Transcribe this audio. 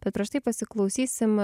bet prieš tai pasiklausysim